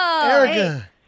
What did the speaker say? Erica